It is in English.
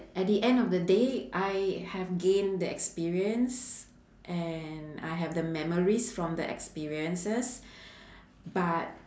at the end of the day I have gained the experience and I have the memories from the experiences but